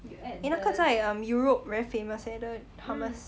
eh 那个在 um europe very famous leh the hummus